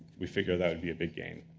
we figured that would be a big gain.